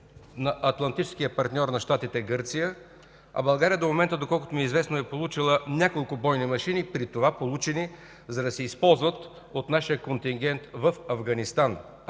на атлантическия партньор на Щатите Гърция, а България до момента, доколкото ми е известно, е получила няколко бойни машини, при това – получени, за да се използват от нашия контингент в Афганистан,